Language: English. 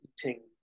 eating